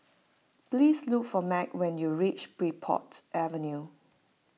please look for Meg when you reach Bridport Avenue